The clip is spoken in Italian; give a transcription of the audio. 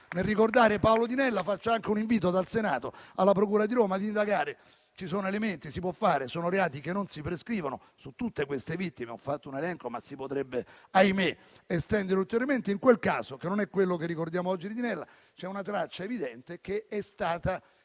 nel ricordare Paolo Di Nella, faccio anche un invito dal Senato alla procura di Roma ad indagare. Ci sono elementi e si può fare; sono reati che non si prescrivono su tutte queste vittime. Ho fatto un elenco, che però - ahimè - si potrebbe estendere ulteriormente. In quel caso, che non è quello che ricordiamo oggi di Di Nella, c'è una traccia evidente che è stata ignorata.